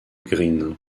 greene